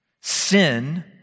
Sin